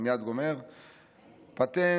פטן